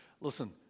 Listen